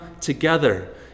together